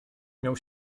miał